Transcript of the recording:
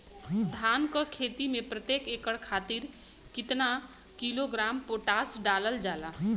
धान क खेती में प्रत्येक एकड़ खातिर कितना किलोग्राम पोटाश डालल जाला?